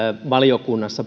valiokunnassa